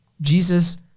Jesus